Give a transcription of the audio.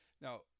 now